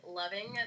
loving